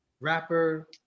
rapper